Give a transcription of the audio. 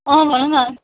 अँ भन न